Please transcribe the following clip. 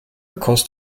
across